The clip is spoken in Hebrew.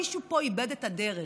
מישהו פה איבד את הדרך.